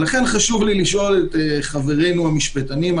לכן חשוב לי לשאול את חברינו המשפטנים,